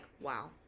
Wow